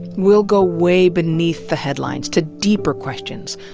we'll go way beneath the headlines to deeper questions.